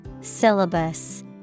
Syllabus